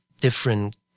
different